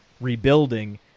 rebuilding